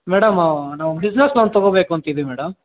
madam ನಾವು business loan ತಗೋಬೇಕೂಂತಿದ್ದೀವಿ madam